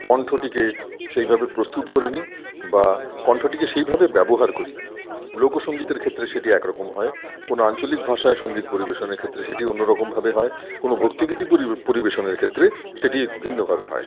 কন্ঠটিকে সেইভাবে প্রস্তুত করে নিই বা কন্ঠটিকে সেইভাবে ব্যবহার করি লোকসঙ্গীতের ক্ষেত্রে সেটি এক রকম হয় কোনো আঞ্চলিক ভাষায় সঙ্গীত পরিবেশনের ক্ষেত্রে সেটি অন্য রকমভাবে হয় কোনো ভক্তিগীতি পরিবেশনের ক্ষেত্রে সেটি ভিন্নভাবে হয়